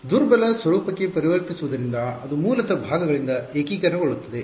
ದುರ್ಬಲ ಸ್ವರೂಪಕ್ಕೆ ಪರಿವರ್ತಿಸುವುದರಿಂದ ಅದು ಮೂಲತಃ ಭಾಗಗಳಿಂದ ಏಕೀಕರಣಗೊಳ್ಳುತ್ತದೆ